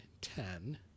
ten